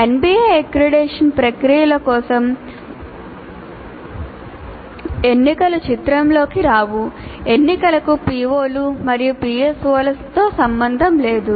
NBA accreditation ప్రక్రియల కోసం ఎన్నికలు చిత్రంలోకి రావు ఎన్నికలకు PO లు మరియు PSO లతో సంబంధం లేదు